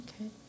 Okay